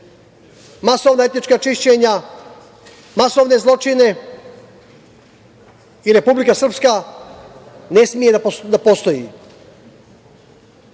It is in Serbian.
masovna etnička čišćenja, masovne zločine i Republika Srpska ne sme da postoji. Srbija